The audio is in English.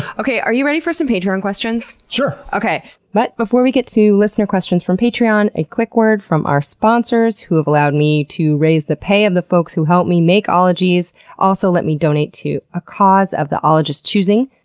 okay. are you ready for some patreon questions? sure! but before we get to listener questions from patreon, a quick word from our sponsors, who have allowed me to raise the pay of the folks who help me make ologies and also let me donate to a cause of the ologist's choosing.